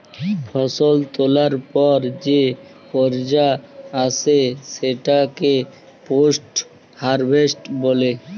ফসল তোলার পর যে পর্যা আসে সেটাকে পোস্ট হারভেস্ট বলে